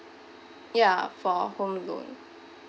ya for home loan